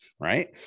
right